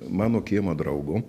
mano kiemo draugu